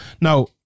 Now